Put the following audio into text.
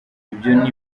ibyo